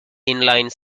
inline